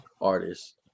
artist